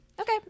Okay